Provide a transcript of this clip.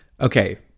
Okay